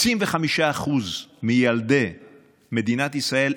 ש-25% מילדי מדינת ישראל,